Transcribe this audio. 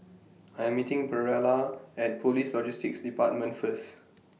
I Am meeting Pearla At Police Logistics department First